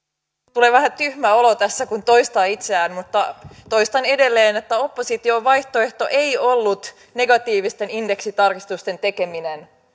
tulee vähän tyhmä olo tässä kun toistaa itseään mutta toistan edelleen että opposition vaihtoehto ei ollut negatiivisten indeksitarkistusten tekeminen